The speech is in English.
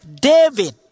David